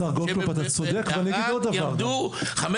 השר גולדקנוף אתה צודק ואני אגיד עוד דבר -- שבבית ספר בערד ילמדו 500,